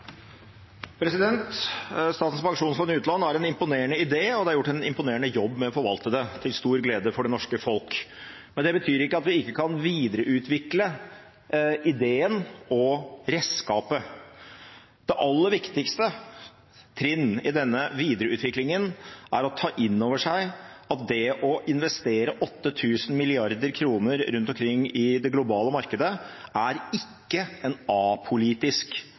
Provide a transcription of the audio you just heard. Statens pensjonsfond utland er en imponerende idé, og det er gjort en imponerende jobb med å forvalte det, til stor glede for det norske folk. Men det betyr ikke at vi ikke kan videreutvikle ideen og redskapet. Det aller viktigste trinnet i denne videreutviklingen er å ta inn over seg at det å investere 8 000 mrd. kr rundt omkring i det globale markedet ikke er en apolitisk